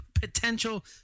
potential